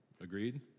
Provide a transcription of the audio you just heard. Agreed